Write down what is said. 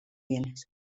bienes